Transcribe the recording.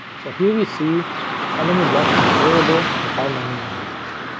so here we see how many blocks are available and how many are used